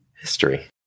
history